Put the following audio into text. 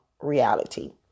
reality